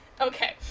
Okay